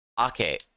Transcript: Okay